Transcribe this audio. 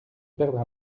perdre